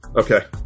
Okay